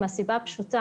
זה קורה מהסיבה הפשוטה